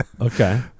Okay